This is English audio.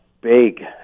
big